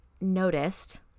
noticed